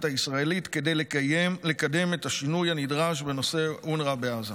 הישראלית כדי לקדם את השינוי הנדרש בנושא אונר"א בעזה.